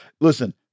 Listen